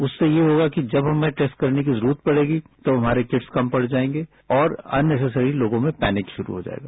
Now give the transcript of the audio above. उससे ये होगा कि जब हमें टेस्ट करने की जरूरत होगी तो हमारे किट्स कम पड़जायेंगे और अन नैससरी लोगों में पैनिक शुरू हो जायेगा